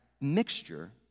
mixture